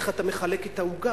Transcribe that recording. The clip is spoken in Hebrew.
איך אתה מחלק את העוגה,